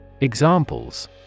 Examples